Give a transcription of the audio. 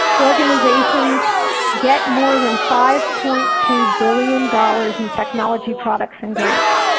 organizations get more than five point two billion dollars in technology products and grants.